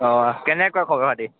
অঁ কেনেকুৱা খবৰ খাতি